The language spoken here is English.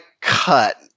cut